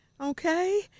Okay